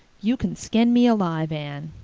you can skin me alive, anne.